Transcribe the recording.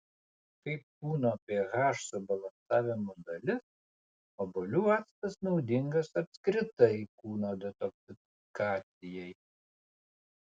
kaip kūno ph subalansavimo dalis obuolių actas naudingas apskritai kūno detoksikacijai